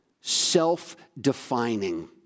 self-defining